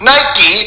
Nike